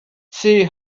see